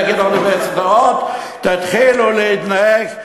נגיד לאוניברסיטאות: תתחילו להתנהג,